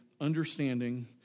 understanding